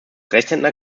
rechtshänder